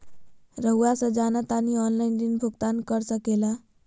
रहुआ से जाना तानी ऑनलाइन ऋण भुगतान कर सके ला?